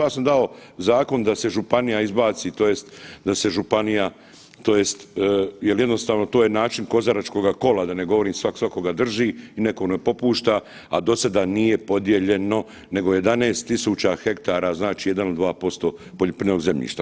Ja sam dao zakon da se županija izbaci tj. da se županija tj. jel jednostavno to je način kozaračkoga kola, da ne govorim svak svakoga drži i niko ne popušta, a dosada nije podijeljeno nego 11000 hektara, znači 1 il 2% poljoprivrednog zemljišta.